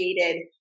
created